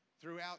throughout